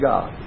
God